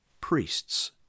priests